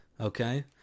okay